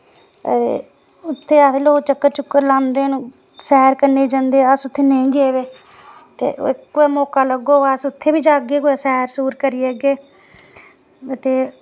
उत्थै आखदे लोक चक्कर लांदे न सैर करने गी जंदे अस उत्थै नेईं गेदे ते कुतै मौका लगग ते कुतै अस उत्थै बी जाह्गे कुतै ते सैर करी औह्गे ते